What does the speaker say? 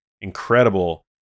incredible